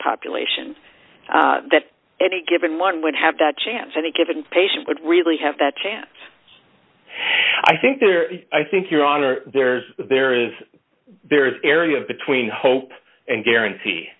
population that any given one would have that chance any given patient would really have that chance i think there i think your honor there's there is there is area between hope and guarantee